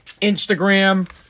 Instagram